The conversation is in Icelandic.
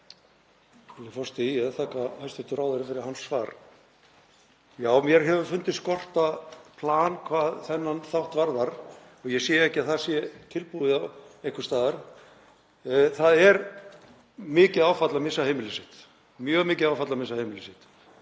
forseti. Ég þakka hæstv. ráðherra fyrir hans svar. Já, mér hefur fundist skorta plan hvað þennan þátt varðar og ég sé ekki að það sé tilbúið einhvers staðar. Það er mikið áfall að missa heimili sitt, mjög mikið áfall að missa heimili sitt.